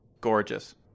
gorgeous